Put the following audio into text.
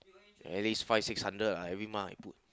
at least five six hundred ah every month I put